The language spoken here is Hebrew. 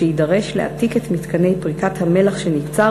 ויידרש להעתיק את מתקני פריקת המלח שנקצר